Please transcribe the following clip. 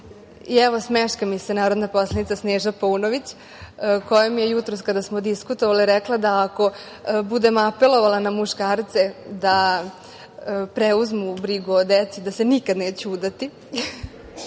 dece. Evo, smeška mi se narodna poslanica Sneža Paunović, koja me je jutros kada smo diskutovale rekla da ako budem apelovala na muškarce da preuzmu brigu o deci da se nikada neću udati.